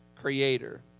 creator